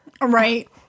Right